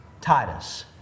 Titus